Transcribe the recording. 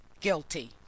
Guilty